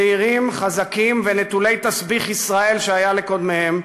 צעירים, חזקים ונטולי תסביך ישראל שהיה לקודמיהם,